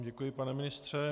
Děkuji vám, pane ministře.